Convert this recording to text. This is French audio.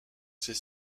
ses